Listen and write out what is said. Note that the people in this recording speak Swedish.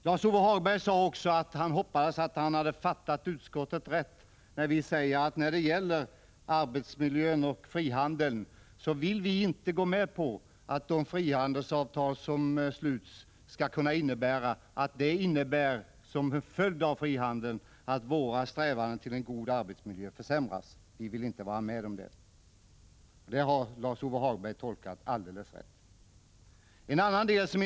Lars-Ove Hagberg sade också att han hoppades att vad utskottet sagt om arbetsmiljön och frihandeln skall uppfattas så att vi inte vill gå med på att de frihandelsavtal som sluts skall kunna innebära att våra strävanden att åstadkomma en god arbetsmiljö försämras. Där har Lars-Ove Hagberg tolkat utskottet alldeles rätt.